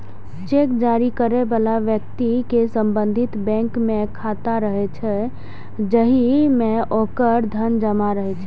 cheque जारी करै बला व्यक्ति के संबंधित बैंक मे खाता रहै छै, जाहि मे ओकर धन जमा रहै छै